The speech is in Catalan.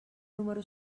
número